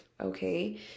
okay